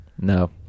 No